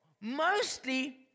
Mostly